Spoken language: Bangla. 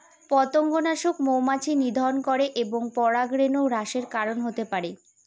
পতঙ্গনাশক মৌমাছি নিধন করে এবং পরাগরেণু হ্রাসের কারন হতে পারে